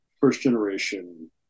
first-generation